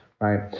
right